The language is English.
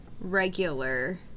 regular